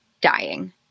dying